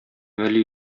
вәли